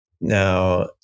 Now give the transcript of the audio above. Now